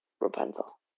Rapunzel